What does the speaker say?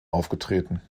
aufgetreten